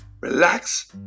relax